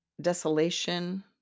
desolation